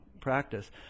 practice